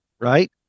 right